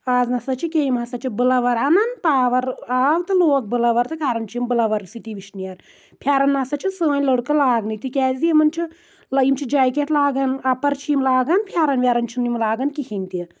آز نَسا چھنہٕ کینٛہہ یِم ہسا چھ بٕلاوَر اَنان پاوَر آو تہٕ لۆگ بٕلاوَر تہٕ کَران چھِ یِم بٕلاوَر سۭتی وٕشنیر پھیٚرن نَسا چھنہٕ سٲنۍ لڑکہٕ لاگٔنٕے تِکیازِ یِمن چھُ یِم چھ جیکؠٹ لاگان اَپر چھ یِم لاگان پھیٚرن ویرَن چھنہٕ یِم لاگان کہیٖنۍ تہِ